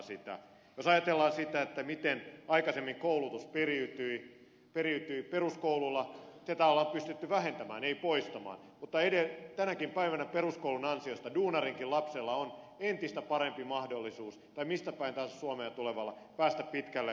jos ajatellaan sitä miten aikaisemmin koulutus periytyi niin peruskoululla tätä on pystytty vähentämään ei poistamaan mutta tänäkin päivänä peruskoulun ansiosta duunarinkin lapsella on entistä parempi mahdollisuus tai mistä päin tahansa suomea tulevalla päästä pitkälle opinnoissaan